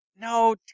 No